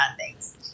thanks